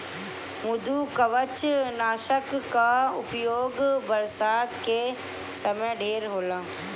मृदुकवचनाशक कअ उपयोग बरसात के समय ढेर होला